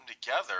together